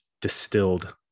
distilled